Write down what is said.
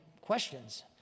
questions